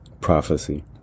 prophecy